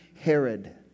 herod